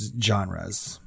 genres